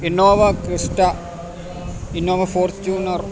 Innova Crysta Innova Fortuner